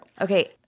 Okay